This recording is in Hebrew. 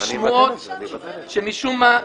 שמשום מה,